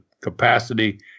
capacity